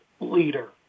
leader